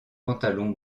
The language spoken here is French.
pantalon